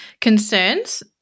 concerns